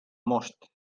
most